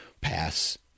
pass